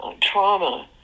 trauma